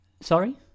sorry